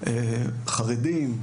חרדים,